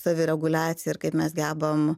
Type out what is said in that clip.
savireguliaciją ir kaip mes gebam